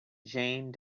jane